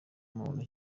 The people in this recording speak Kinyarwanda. muntu